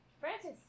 Francis